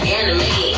enemy